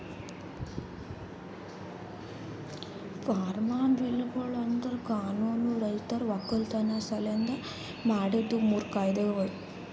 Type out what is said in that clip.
form ಬಿಲ್ಗೊಳು ಅಂದುರ್ ಕಾನೂನು ರೈತರ ಒಕ್ಕಲತನ ಸಲೆಂದ್ ಮಾಡಿದ್ದು ಮೂರು ಕಾಯ್ದೆಗೊಳ್